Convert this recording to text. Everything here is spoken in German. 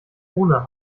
ohne